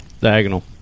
diagonal